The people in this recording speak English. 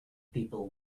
people